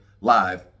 live